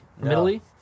Italy